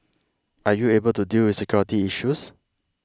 are you able to deal with security issues